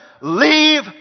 leave